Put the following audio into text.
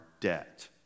debt